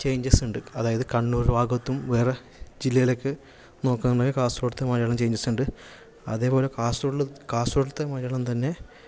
ചേഞ്ചസുണ്ട് അതായത് കണ്ണൂര് ഭാഗത്തും വേറെ ജില്ലയിലൊക്കെ നോക്കുമ്പോൾ കാസര്ഗോഡത്തെ മലയാളം ചേഞ്ചസ് ഉണ്ട് അതേപോലെ കാസർഗോഡിൽ കാസർഗോഡത്തെ മലയാളം തന്നെ